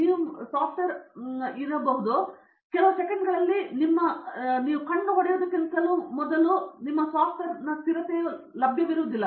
ನೀವು ಸಾಫ್ಟ್ವೇರ್ ಆಗಿರಲಿ ಅಥವಾ ಮುಂದಿನ ಕೆಲವು ಸೆಕೆಂಡ್ಗಳಲ್ಲಿ ನಿಮ್ಮ ಕಣ್ಣು ಹೊಡೆಯುವುದಕ್ಕಿಂತಲೂ ಮೂರು ಬಾರಿ ನಿಮ್ಮ ಸಾಫ್ಟ್ವೇರ್ ಸ್ಥಿರತೆಯು ಲಭ್ಯವಿರುವುದಿಲ್ಲ